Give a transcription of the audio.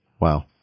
Wow